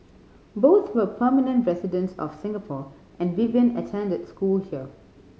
both were permanent residents of Singapore and Vivian attended school here